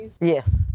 Yes